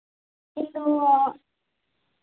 ᱤᱧᱫᱚ